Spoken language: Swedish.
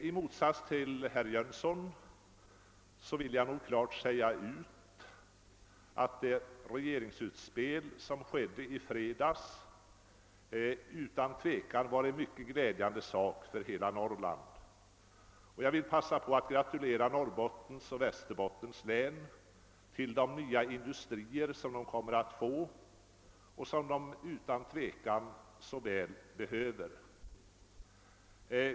I motsats till herr Jönsson i Ingemarsgården vill jag klart säga ut att det rege ringsutspel som gjordes i fredags utan tvivel var en mycket glädjande sak för hela Norrland. Jag vill också passa på att gratulera Norrbottens och Västerbottens län till de nya industrier som de kommer att få och som de så väl behöver.